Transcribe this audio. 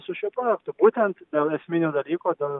su šiuo projektu būtent dėl esminio dalyko dėl